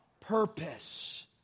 Purpose